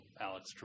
Alex